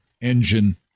engine